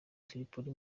tripoli